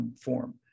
form